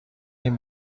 این